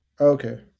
Okay